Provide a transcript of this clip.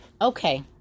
Okay